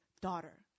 daughter